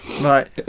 right